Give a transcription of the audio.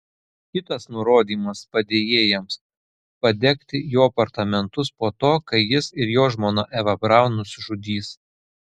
kitas nurodymas padėjėjams padegti jo apartamentus po to kai jis ir jo žmona eva braun nusižudys